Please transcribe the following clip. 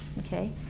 okay?